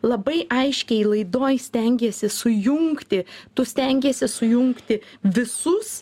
labai aiškiai laidoj stengiesi sujungti tu stengiesi sujungti visus